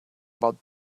about